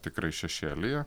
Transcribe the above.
tikrai šešėlyje